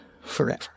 forever